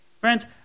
Friends